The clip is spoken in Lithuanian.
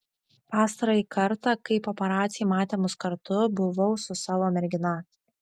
pastarąjį kartą kai paparaciai matė mus kartu buvau su savo mergina